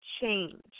change